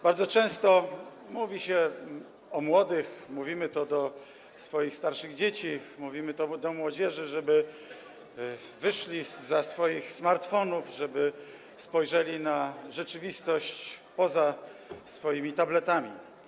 Bardzo często mówi się do młodych - mówimy to do swoich starszych dzieci, mówimy to do młodzieży - żeby wyszli zza swoich smartfonów, żeby spojrzeli na rzeczywistość poza swoimi tabletami.